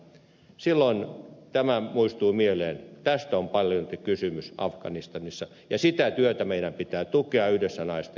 silloin tämä muistuu mieleen ja tästä on paljolti kysymys afganistanissa ja sitä työtä meidän pitää tukea yhdessä naisten kanssa